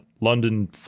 London